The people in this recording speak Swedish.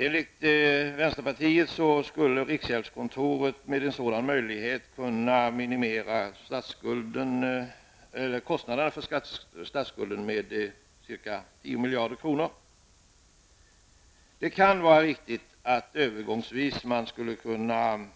Enligt vänsterpartiet skulle riksgäldskontoret med en sådan möjlighet kunna minimera kostnaderna för statsskulden med ca 10 miljarder kronor. Det kan vara riktigt att vi övergångsvis skulle kunna